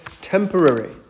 temporary